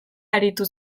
aritu